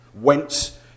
whence